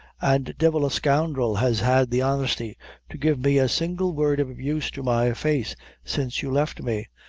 and devil a scoundrel has had the honesty to give me a single word of abuse to my face since you left me.